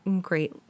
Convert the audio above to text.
great